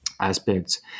Aspects